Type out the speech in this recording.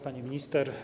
Pani Minister!